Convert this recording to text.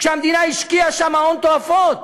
כשהמדינה השקיעה שם הון תועפות.